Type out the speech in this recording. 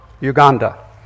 Uganda